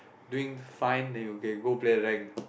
doing fine then you can go play rank